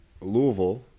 Louisville